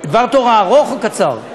דבר תורה ארוך או קצר?